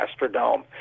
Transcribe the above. Astrodome